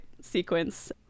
sequence